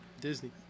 Disney